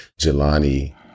Jelani